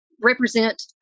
represent